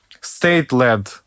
state-led